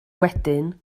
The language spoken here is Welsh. wedyn